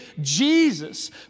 Jesus